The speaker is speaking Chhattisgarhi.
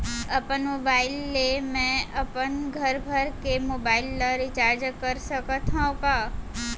अपन मोबाइल ले मैं अपन घरभर के मोबाइल ला रिचार्ज कर सकत हव का?